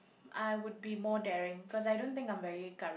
I would be more daring cause I don't think I'm very coura~